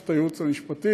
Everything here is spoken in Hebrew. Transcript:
צריך את הייעוץ המשפטי,